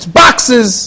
boxes